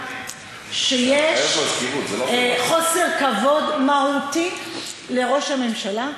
זה חוסר ההגינות הבסיסי אצלכם.